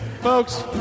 folks